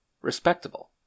Respectable